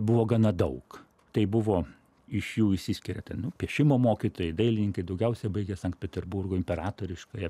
buvo gana daug tai buvo iš jų išsiskiria ten nu piešimo mokytojai dailininkai daugiausia baigę sankt peterburgo imperatoriškąją